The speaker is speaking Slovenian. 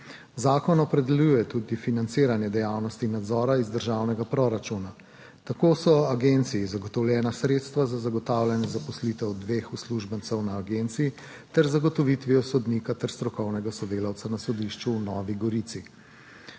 Zakon opredeljuje tudi financiranje dejavnosti nadzora iz državnega proračuna. Tako so agenciji zagotovljena sredstva za zagotavljanje zaposlitev dveh uslužbencev na agenciji ter z zagotovitvijo sodnika ter strokovnega sodelavca na sodišču v Novi Gorici.